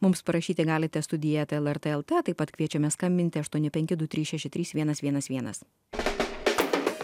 mums parašyti galite studija eta lrt lt taip pat kviečiame skambinti aštuoni penki du trys šeši trys vienas vienas vienas